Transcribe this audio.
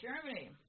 Germany